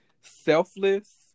selfless